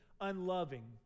unloving